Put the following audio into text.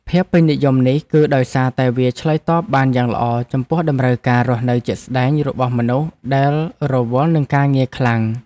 ភាពពេញនិយមនេះគឺដោយសារតែវាឆ្លើយតបបានយ៉ាងល្អចំពោះតម្រូវការរស់នៅជាក់ស្ដែងរបស់មនុស្សដែលរវល់នឹងការងារខ្លាំង។